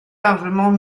largement